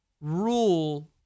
rule